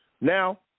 Now